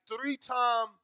three-time